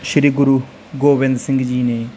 ਸ਼੍ਰੀ ਗੁਰੂ ਗੋਬਿੰਦ ਸਿੰਘ ਜੀ ਨੇ